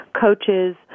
coaches